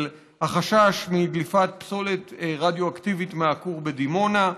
על החשש מדליפת פסולת רדיואקטיבית מהכור בדימונה,